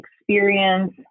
experience